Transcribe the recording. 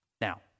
Now